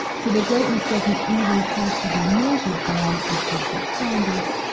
so their greatness doesn't even have to be measured by objective standards,